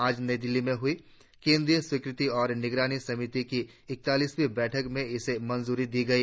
आज नई दिल्ली में हुई केंद्रीय स्वीकृति और निगरानी समिति की इकतालीसवीं बैठक में इसे मंजूरी दी गई